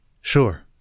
Sure